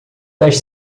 das